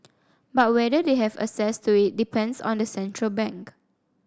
but whether they have access to it depends on the central bank